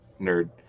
nerd